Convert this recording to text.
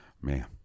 Man